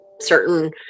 certain